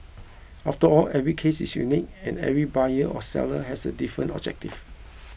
after all every case is unique and every buyer or seller has a different objective